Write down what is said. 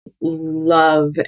love